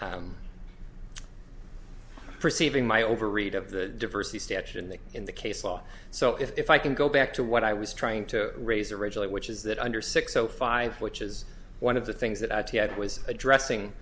perceiving my over read of the diversity statute in the in the case law so if i can go back to what i was trying to raise originally which is that under six o five which is one of the things that i was addressing